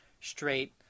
straight